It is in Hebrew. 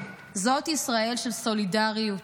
זאת ישראל של סולידריות,